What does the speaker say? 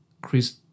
Chris